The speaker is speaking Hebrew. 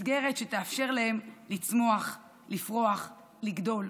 מסגרת שתאפשר להם לצמוח, לפרוח, לגדול,